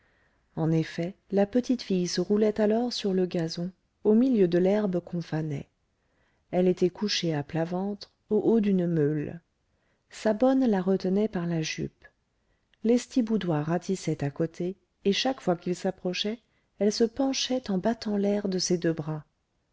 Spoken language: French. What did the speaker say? en effet la petite fille se roulait alors sur le gazon au milieu de l'herbe qu'on fanait elle était couchée à plat ventre au haut d'une meule sa bonne la retenait par la jupe lestiboudois ratissait à côté et chaque fois qu'il s'approchait elle se penchait en battant l'air de ses deux bras